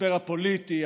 המשבר הפוליטי,